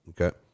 Okay